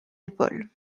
épaules